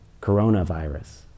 coronavirus